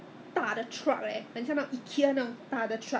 进去看一下就再走出来真是太贵了